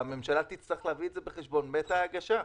והממשלה תצטרך להביא את זה בחשבון בעת ההגשה.